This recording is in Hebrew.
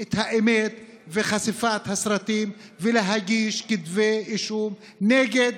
את האמת וחשיפת הסרטים ולהגיש כתבי אישום נגד